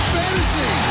fantasy